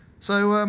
so um